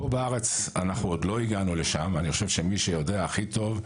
פה בארץ אנחנו עוד לא הגענו לשם ואני חושב שמי שיודע הכי טוב,